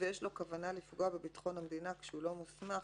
ויש לו כוונה לפגוע בביטחון המדינה כשהוא לא מוסמך",